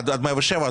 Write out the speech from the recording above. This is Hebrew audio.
עד 107?